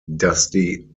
dusty